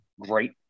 Great